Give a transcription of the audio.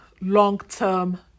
long-term